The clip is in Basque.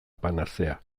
panazea